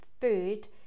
food